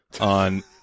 on